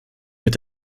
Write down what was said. mit